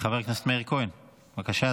חבר הכנסת מאיר כהן, בבקשה,